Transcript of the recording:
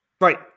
Right